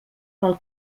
pel